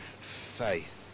faith